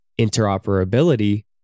interoperability